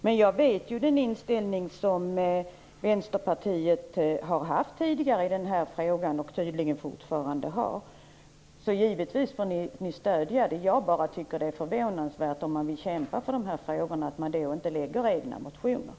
Men jag vet ju vilken inställning Vänsterpartiet har haft i den här frågan tidigare och tydligen fortfarande har. Givetvis får ni stödja det här. Jag tycker bara att det är förvånansvärt att man inte lägger fram egna motioner om man nu vill kämpa för de här frågorna.